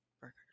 burgers